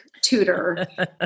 tutor